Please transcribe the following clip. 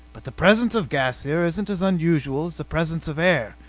but the presence of gas here isn't as unusual as the presence of air.